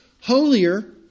holier